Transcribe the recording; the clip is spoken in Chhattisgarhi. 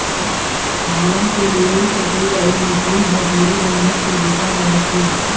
धान के लुवई कटई अउ मिंसई ह ढेरे मेहनत के बूता रह थे